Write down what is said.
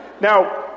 Now